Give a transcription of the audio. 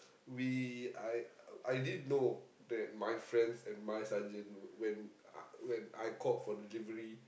we I I didn't know that my friends and my sergeant when uh when I called for delivery